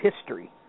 history